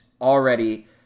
already